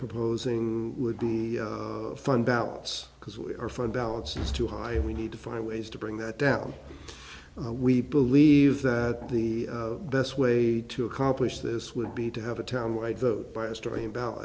proposing would be fun balance because we are fund balance is too high and we need to find ways to bring that down we believe that the best way to accomplish this would be to have a town white vote by a story